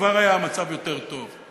כבר היה המצב יותר טוב.